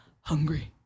hungry